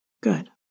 Good